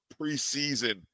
preseason